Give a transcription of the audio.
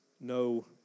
no